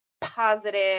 positive